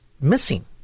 missing